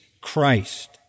Christ